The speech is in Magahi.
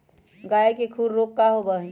गाय के खुर रोग का होबा हई?